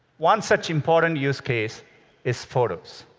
one such important use case is photos.